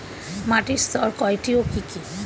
মাটির স্তর কয়টি ও কি কি?